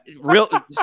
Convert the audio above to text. real